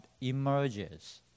emerges